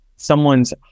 someone's